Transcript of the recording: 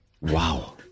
Wow